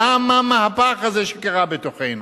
למה המהפך הזה שקרה בתוכנו?